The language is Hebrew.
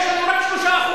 הקרקעות שלנו נשדדו והופקעו.